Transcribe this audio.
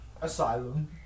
Asylum